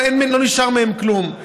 לא נשאר מהן כלום.